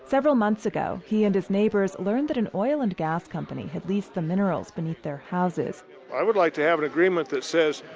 several months ago, he and his neighbors learned that an oil and gas company had leased the minerals beneath their houses i would like to have an agreement that says,